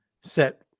set